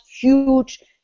huge